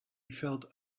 felt